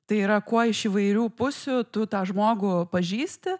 tai yra kuo iš įvairių pusių tu tą žmogų pažįsti